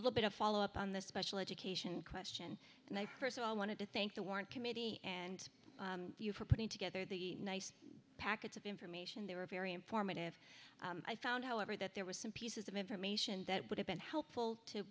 little bit of follow up on this special education question and i first of all wanted to thank the warrant committee and you for putting together the nice packets of information they were very informative i found however that there were some pieces of information that would have been helpful to